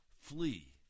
flee